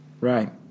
Right